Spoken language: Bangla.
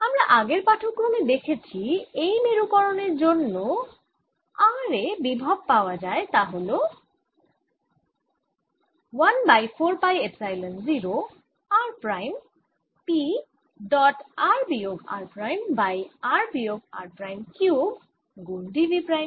আমরা আগের পাঠক্রমে দেখেছি এই মেরুকরণের জন্য r এ যে বিভব পাওয়া যায় তা এই ভাবে লেখা যায় 1 by 4 pi epsilon 0 r prime P dot r বিয়োগ r প্রাইম বাই r বিয়োগ r প্রাইম কিউব গুণ d v প্রাইম